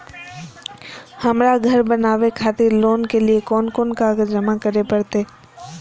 हमरा घर बनावे खातिर लोन के लिए कोन कौन कागज जमा करे परते?